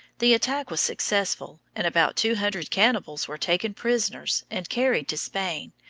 the attack was successful, and about two hundred cannibals were taken prisoners and carried to spain,